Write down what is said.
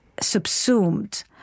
subsumed